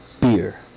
Beer